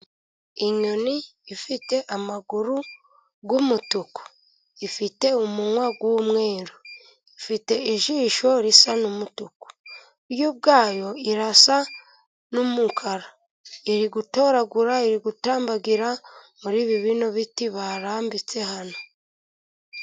Inyoni ifite amaguru y'umutuku, ifite umunwa w'umweru, ifite ijisho risa n'umutuku. Yo ubwayo irasa n'umukara, iri gutoragura, iri gutambagira muri bino biti barambitse hano.